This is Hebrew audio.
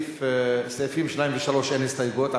לסעיפים 2 ו-3 אין הסתייגויות,